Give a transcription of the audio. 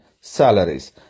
salaries